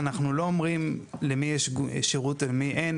אנחנו לא אומרים למי יש שירות ולמי אין,